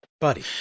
buddy